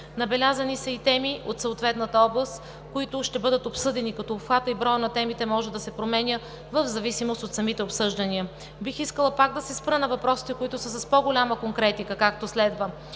Набелязани са и теми от съответната област, които ще бъдат обсъдени, като обхватът и броят на темите може да се променя в зависимост от самите обсъждания. Бих искала пак да се спра на въпросите, които са с по-голяма конкретика, както следва: